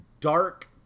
dark